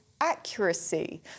accuracy